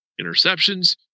interceptions